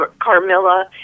Carmilla